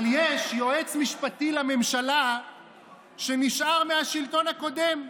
אבל יש יועץ משפטי לממשלה שנשאר מהשלטון הקודם,